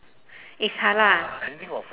it's halal